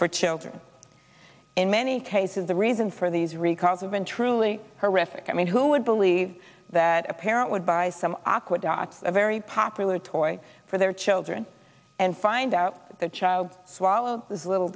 for children in many cases the reason for these recalls have been truly horrific i mean who would believe that a parent would buy some aqua dots a very popular toy for their children and find out the child swallowed these little